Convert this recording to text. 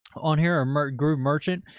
on here, our merch groovemerchant,